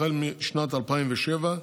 החל משנת 2007,